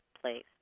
place